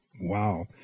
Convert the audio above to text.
wow